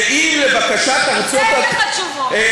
ואם לבקשת ארצות-הברית, על זה אין לך תשובות.